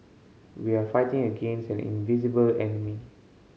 we are fighting against an invisible enemy